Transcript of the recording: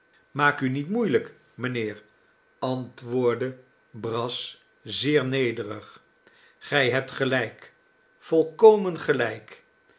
maak u niet moeielijk mijnheer antwoordde brass zeer nederig gij hebt gelijk volkomen gelijk